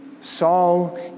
Saul